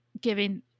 giving